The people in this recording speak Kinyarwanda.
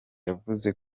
yavuze